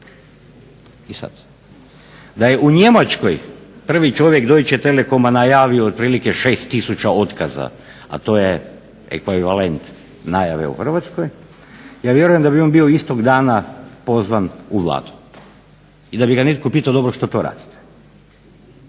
I sad, da je u Njemačkoj prvi čovjek Deutsche Telecoma najavio otprilike 6000 otkaza, a to je ekvivalent najave u Hrvatskoj ja vjerujem da bi on bio istog dana pozvan u Vladu i da bi ga netko pitao dobro što to radite.